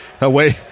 away